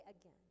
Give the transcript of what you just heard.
again